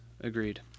Agreed